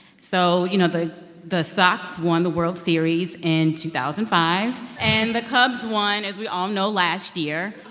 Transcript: so, you know, the the sox won the world series in two thousand and five, and the cubs won, as we all know, last year.